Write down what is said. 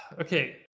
okay